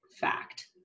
fact